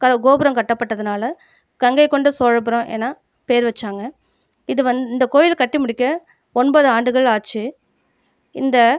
கோபுரம் கட்டப்பட்டதனால் கங்கை கொண்ட சோழபுரம் என பேர் வெச்சாங்க இது இந்தக் கோயிலை கட்டி முடிக்க ஒன்பது ஆண்டுகள் ஆச்சு இந்த